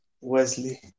Wesley